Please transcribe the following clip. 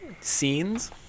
scenes